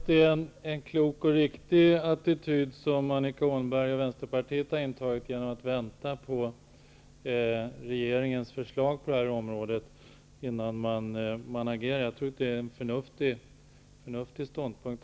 Herr talman! Jag tycker att Annika Åhnberg och Vänsterpartiet har intagit en klok och riktig attityd genom att vänta på regeringens förslag på det här området innan man agerar. Jag tror att det är en förnuftig ståndpunkt.